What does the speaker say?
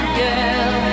girl